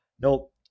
Nope